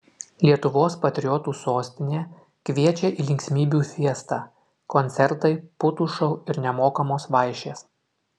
lietuvos patriotų sostinė kviečia į linksmybių fiestą koncertai putų šou ir nemokamos vaišės